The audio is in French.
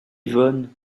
yvonne